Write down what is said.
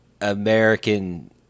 american